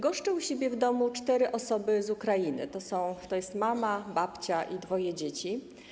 Goszczę u siebie w domu cztery osoby z Ukrainy, tj. mamę, babcię i dwoje dzieci.